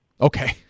Okay